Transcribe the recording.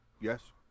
Yes